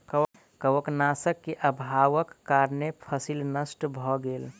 कवकनाशक के अभावक कारणें फसील नष्ट भअ गेल